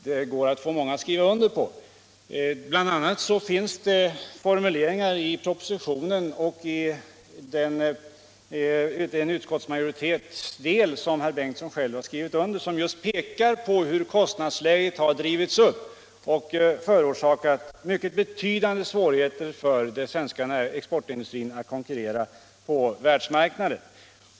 Det finns t.o.m. formuleringar i propositionen och i den del av utskottsmajoritetens skrivning som herr Bengtsson själv skrivit under som visar hur kostnadsläget har drivits upp och förorsakat mycket betydande svårigheter för den svenska exportindustrin att konkurrera på världsmarknaden.